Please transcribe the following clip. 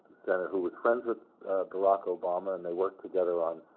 senator who was friends with barack obama, and they worked together on